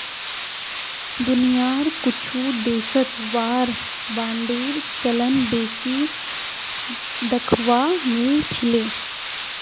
दुनियार कुछु देशत वार बांडेर चलन बेसी दखवा मिल छिले